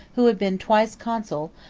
who had been twice consul,